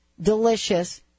delicious